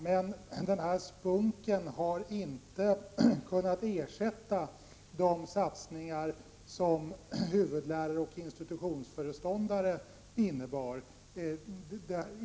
Men denna SPUNK har inte kunnat ersätta de satsningar som huvudlärare och institutionsföreståndare innebar.